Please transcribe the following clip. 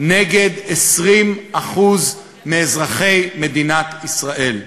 נגד 20% מאזרחי מדינת ישראל.